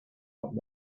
old